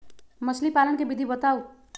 मछली पालन के विधि बताऊँ?